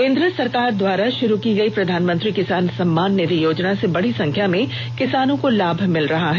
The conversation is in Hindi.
केंद्र सरकार द्वारा शुरू की गयी प्रधानमंत्री किसान सम्मान निधि योजना से बड़ी संख्या में किसानों को लाभ मिल रहा है